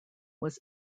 was